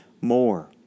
more